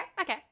okay